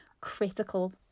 critical